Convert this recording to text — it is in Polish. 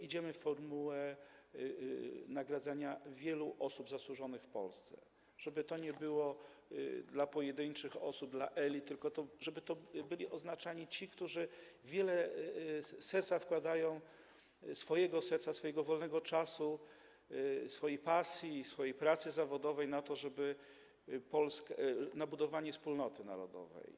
Idziemy w formułę nagradzania wielu osób zasłużonych w Polsce, żeby to nie było dla pojedynczych osób, dla elit, tylko żeby to byli odznaczani ludzie, którzy wkładają wiele serca, swojego serca, swojego wolnego czasu, swojej pasji, swojej pracy zawodowej, w to, żeby Polska... w budowanie wspólnoty narodowej.